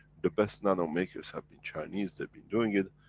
the best nanomakers have been chinese, they've been doing it.